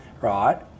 right